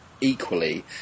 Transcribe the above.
equally